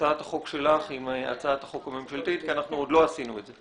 הצעת החוק שלך עם הצעת החוק הממשלתית כי אנחנו עוד לא עשינו את זה.